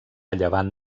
llevant